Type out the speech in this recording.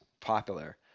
popular